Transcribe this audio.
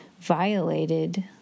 violated